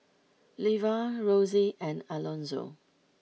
Levar Rosie and Alonzo